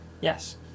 Yes